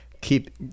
keep